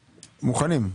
מוכנים?